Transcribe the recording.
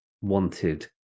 wanted